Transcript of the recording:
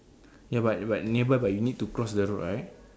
ya but but near by but you need to cross the road right